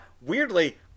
weirdly